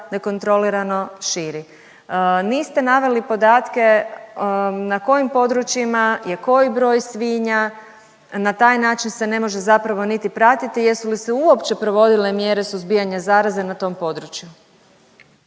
nekontrolirano širi. Niste naveli podatke na kojim područjima je koji broj svinja. Na taj način se ne može zapravo niti pratiti jesu li se uopće provodile mjere suzbijanja zaraze na tom području.